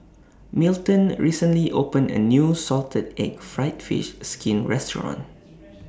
Milton recently opened A New Salted Egg Fried Fish Skin Restaurant